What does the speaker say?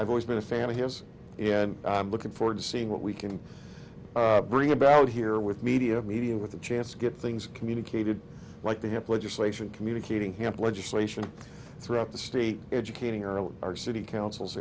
i've always been a fan of his and i'm looking forward to seeing what we can bring about here with media media with a chance to get things communicated like the hip legislation communicating hamp legislation throughout the state educating around our city councils